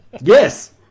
yes